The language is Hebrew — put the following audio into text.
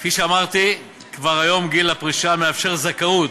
כפי שאמרתי, כבר היום גיל הפרישה המאפשר זכאות